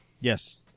Yes